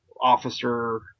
officer